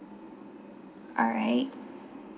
alright